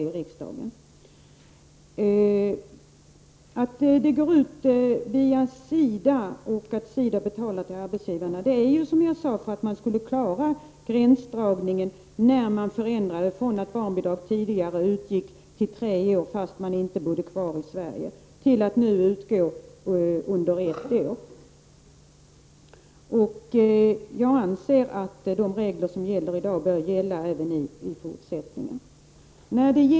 Att bidraget går ut via SIDA, som betalar det till arbetsgivarna, beror på att man ville klara gränsdragningen när förändringen gjordes, från att barnbidraget tidigare utgick under tre år till barn som inte bodde kvar i Sverige till att det nu utgår under ett år. Jag anser att de regler som gäller i dag bör gälla även i fortsättningen.